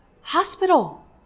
Hospital